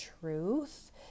truth